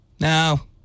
Now